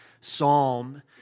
psalm